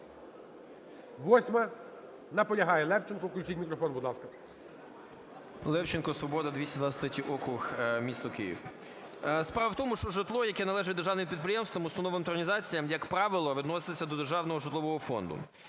8-а. Наполягає Левченко. Включіть мікрофон, будь ласка. 11:36:08 ЛЕВЧЕНКО Ю.В. Левченко, "Свобода", 223 округ, місто Київ. Справа в тому, що житло, яке належить державним підприємствам, установам та організаціям, як правило, відноситься до державного житлового фонду.